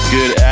Good